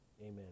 Amen